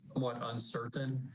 what uncertain,